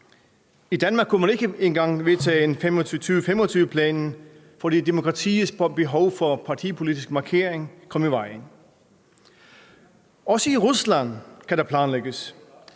I Danmark kunne man ikke engang vedtage 2025-planen, fordi demokratiets behov for partipolitisk markering kom i vejen. Også i Rusland kan der planlægges.